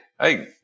hey